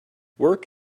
work